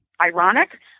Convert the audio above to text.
ironic